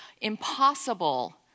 impossible